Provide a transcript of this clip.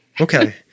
Okay